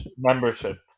membership